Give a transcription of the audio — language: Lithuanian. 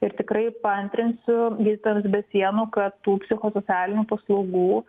ir tikrai paantrinsiu gydytojams be sienų kad tų psichosocialinių paslaugų